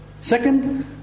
Second